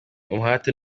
umuhate